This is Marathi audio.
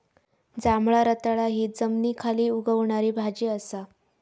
जांभळा रताळा हि जमनीखाली उगवणारी भाजी असा